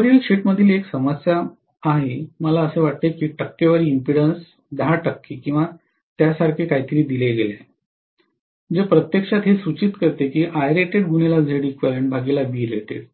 tutorial sheet मधील एक समस्या मला असे वाटते की टक्केवारी इम्पीडेन्स 10 टक्के किंवा त्यासारखे काहीतरी दिले गेले आहे जे प्रत्यक्षात हे सूचित करते